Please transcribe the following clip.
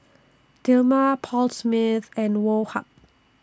Dilmah Paul Smith and Woh Hup